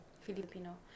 Filipino